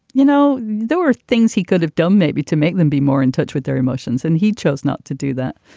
you know, there were things he. deaf, kind of dumb, maybe to make them be more in touch with their emotions and he chose not to do that.